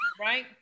right